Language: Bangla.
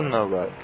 ধন্যবাদ